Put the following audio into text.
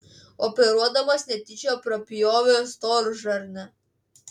operuodamas netyčia prapjovė storžarnę